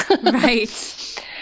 Right